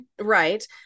Right